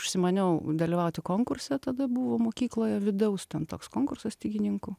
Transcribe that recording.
užsimaniau dalyvauti konkurse tada buvo mokykloje vidaus ten toks konkursas stygininkų